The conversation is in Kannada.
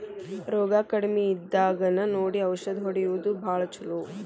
ರೋಗಾ ಕಡಮಿ ಇದ್ದಾಗನ ನೋಡಿ ಔಷದ ಹೊಡಿಯುದು ಭಾಳ ಚುಲೊ